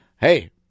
hey